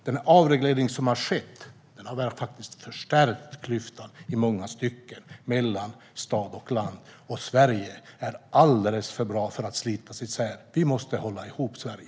Den avreglering som har skett har i många stycken förstärkt klyftan mellan stad och land. Sverige är alldeles för bra för att slitas isär. Vi måste hålla ihop Sverige.